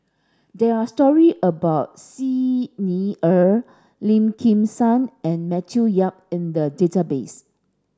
there are story about Xi Ni Er Lim Kim San and Matthew Yap in the database